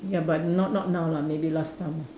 ya but not not now lah maybe last time lah